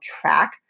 track